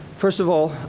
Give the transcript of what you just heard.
first of all,